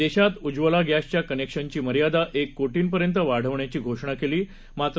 देशातउज्ज्वलागॅसच्याकनेक्शनचीमर्यादाएककोटींपर्यंतवाढवण्याचीघोषणाकेली मात्र